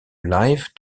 live